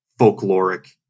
folkloric